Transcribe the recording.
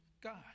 God